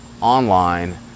online